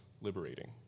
liberating